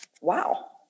wow